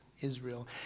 Israel